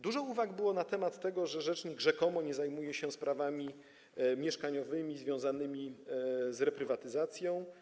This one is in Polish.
Dużo było uwag na temat tego, że rzecznik rzekomo nie zajmuje się sprawami mieszkaniowymi związanymi z reprywatyzacją.